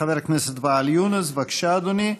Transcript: חבר הכנסת ואאל יונס, בבקשה, אדוני.